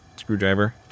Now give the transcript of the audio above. screwdriver